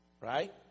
Right